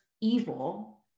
evil